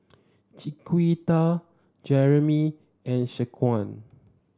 Chiquita Jeramy and Shaquan